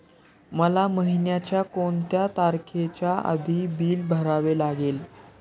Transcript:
मला महिन्याचा कोणत्या तारखेच्या आधी बिल भरावे लागेल?